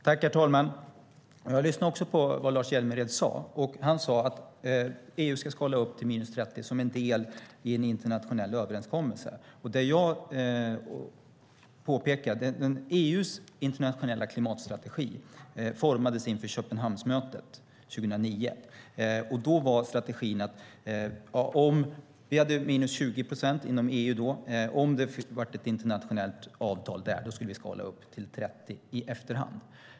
Herr talman! Jag lyssnade också på vad Lars Hjälmered sade. Han sade att EU ska skala upp till minus 30 procent som en del i en internationell överenskommelse. EU:s internationella klimatstrategi formades inför Köpenhamnsmötet 2009. EU:s åtagande där var minus 20 procent, och strategin var att om det blev ett internationellt avtal skulle vi skala upp till minus 30 procent i efterhand.